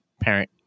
parent